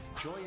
Joy